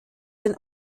den